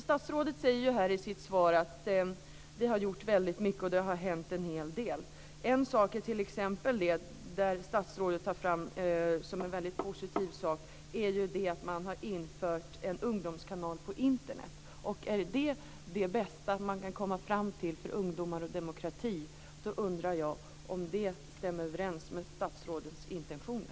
Statsrådet säger i sitt svar att man har gjort väldigt mycket, att det har hänt en hel del. Ett exempel som statsrådet tar fram som en väldigt positiv sak är att man har infört en ungdomskanal på Internet. Är detta det bästa som man kan komma fram till för ungdomar och demokrati, undrar jag om det stämmer överens med statsrådets intentioner.